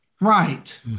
right